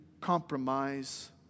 compromise